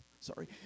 sorry